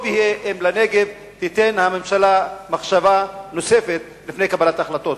טוב יהיה אם תיתן הממשלה לנגב מחשבה נוספת לפני קבלת החלטות.